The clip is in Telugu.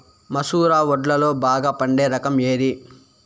మసూర వడ్లులో బాగా పండే రకం ఏది?